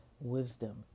Wisdom